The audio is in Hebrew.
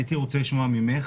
הייתי רוצה לשמוע ממך,